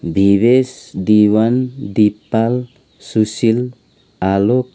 Bibes Dewan Dipal Sushil Alok